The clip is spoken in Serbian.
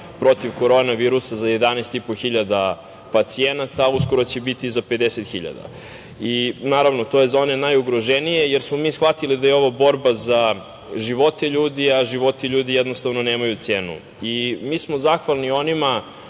protiv korona virusa za 11.500 pacijenata, a uskoro će biti za 50.000. Naravno, to je za one najugroženije, jer smo mi shvatili da je ovo borba za živote ljudi, a životi ljudi jednostavno nemaju cenu. Najviše smo zahvalni onima